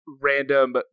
random